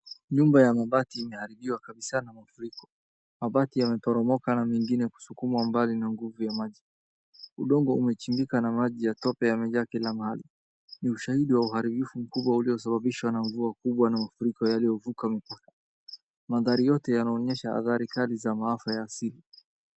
Nyumba ya mabati imeharibiwa kabisa na mafuriko. Mabati yameporomoka na mengine kusukumwa mbali na nguvu ya maji. Udongo umechimbika na maji ya tope yamejaa kila mahali. Ni ushahidi wa uharijifu mkubwa uliosababishwa na mvua kubwa na mafuriko yaliyovuka mipaka. Mandhari yote yanaonyesha hathari kali za maafa ya asili.